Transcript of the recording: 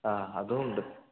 ആ അതും ഉണ്ട്